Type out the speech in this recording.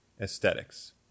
aesthetics